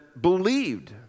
believed